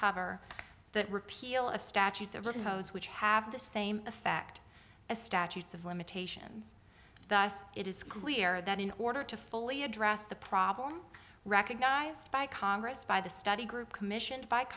cover the repeal of statutes and look at those which have the same effect as statutes of limitations thus it is clear that in order to fully address the problem recognized by congress by the study group commissioned by